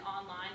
online